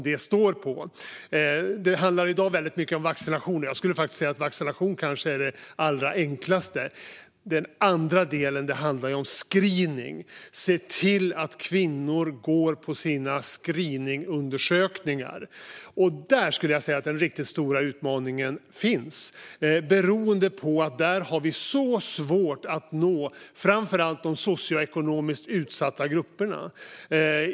Det handlar i dag väldigt mycket om vaccinationen, och jag skulle faktiskt säga att vaccination kanske är det allra enklaste. Det andra benet är screening. Se till att kvinnor går på sina screeningundersökningar! Det är där jag skulle säga att den riktigt stora utmaningen finns, beroende på att vi har så svårt att nå framför allt de socioekonomiskt utsatta grupperna.